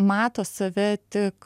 mato save tik